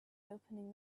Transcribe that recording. opening